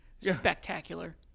Spectacular